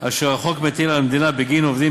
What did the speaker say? אשר החוק מטיל על המדינה בגין עובדים